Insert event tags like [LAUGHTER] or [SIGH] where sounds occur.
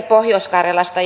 [UNINTELLIGIBLE] pohjois karjalasta [UNINTELLIGIBLE]